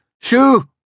Shoo